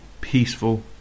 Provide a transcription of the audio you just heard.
peaceful